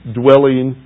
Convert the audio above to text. dwelling